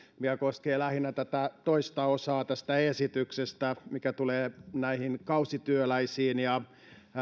ja mikä koskee lähinnä tätä toista osaa tästä esityksestä mitä tulee kausityöläisiin ja